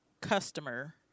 customer